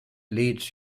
leeds